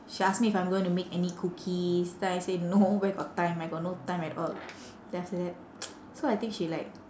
she ask me if I'm going to make any cookies then I say no where got time I got no time at all then after that so I think she like